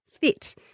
fit